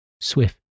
Swift